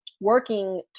working